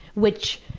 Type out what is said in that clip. which,